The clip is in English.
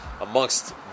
Amongst